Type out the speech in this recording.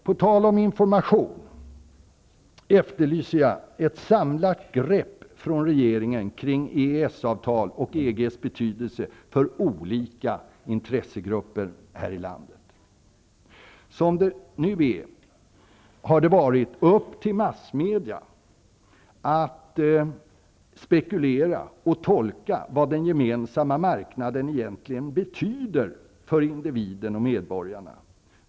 På tal om information efterlyser jag ett samlat grepp från regeringen kring EES-avtalets och EG:s betydelse för olika intressegrupper här i landet. Som det nu är, har det varit upp till massmedia att spekulera och tolka vad den gemensamma marknaden egentligen betyder för individen och medborgarna.